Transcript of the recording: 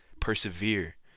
Persevere